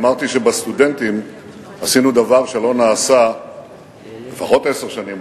אמרתי שבסטודנטים עשינו דבר שלא נעשה לפחות עשר שנים,